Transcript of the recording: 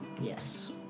Yes